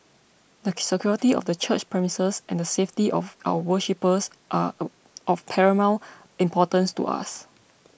the security of the church premises and the safety of our worshippers are of paramount importance to us